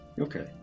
Okay